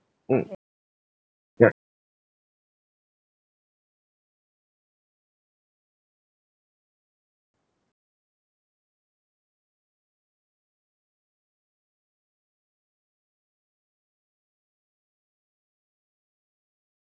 mm ya